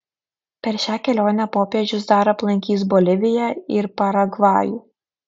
per šią kelionę popiežius dar aplankys boliviją ir paragvajų